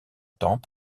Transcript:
temps